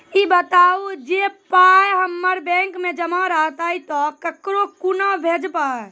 ई बताऊ जे पाय हमर बैंक मे जमा रहतै तऽ ककरो कूना भेजबै?